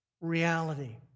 reality